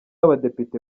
abadepite